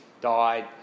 died